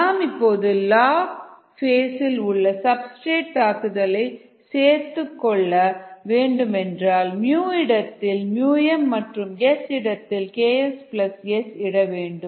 நாம் இப்போது log phase இல் உள்ள சப்ஸ்டிரேட் இன் தாக்குதலை சேர்த்துக்கொள்ள வேண்டுமென்றால் இடத்தில் mமற்றும் S இடத்தில் Ks S இட வேண்டும்